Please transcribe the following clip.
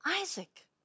Isaac